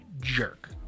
jerk